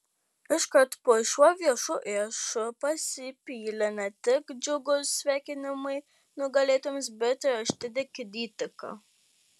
iškart po šiuo viešu įrašu pasipylė ne tik džiugūs sveikinimai nugalėtojams bet ir aštri kritika